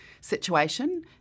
situation